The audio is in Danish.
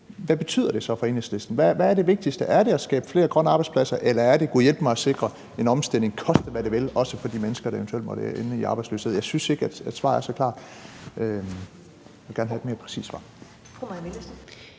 Hvad er det vigtigste? Er det at skabe flere grønne arbejdspladser, eller er det gudhjælpemig at sikre en omstilling, koste hvad det vil, også for de mennesker, der eventuelt måtte ende i arbejdsløshed? Jeg synes ikke, at svaret er så klart – jeg vil gerne have et mere præcist svar.